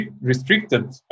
restricted